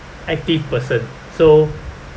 active person so